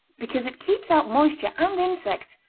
because it keeps out moisture and insects,